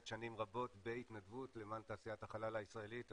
שנים רבות בהתנדבות למען תעשיית החלל הישראלית.